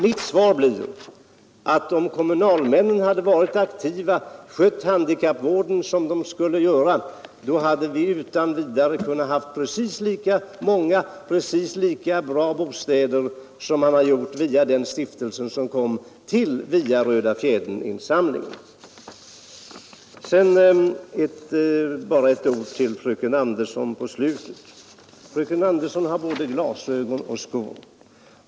Mitt svar blir: Om kommunalmännen varit aktiva och skött handikappvården som den skall skötas, hade vi utan vidare kunnat ha precis lika många och lika bra bostäder som åstadkommits genom stiftelsen Till slut bara några ord till fröken Andersson i Stockholm. Fröken Andersson har både glasögon och skor.